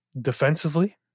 defensively